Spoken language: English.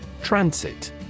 Transit